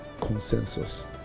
consensus